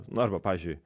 nu arba pavyzdžiui